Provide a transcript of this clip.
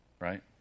right